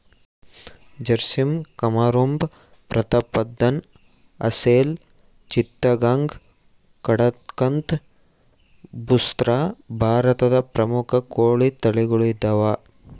ಜರ್ಸಿಮ್ ಕಂರೂಪ ಪ್ರತಾಪ್ಧನ್ ಅಸೆಲ್ ಚಿತ್ತಗಾಂಗ್ ಕಡಕಂಥ್ ಬುಸ್ರಾ ಭಾರತದ ಪ್ರಮುಖ ಕೋಳಿ ತಳಿಗಳು ಇದಾವ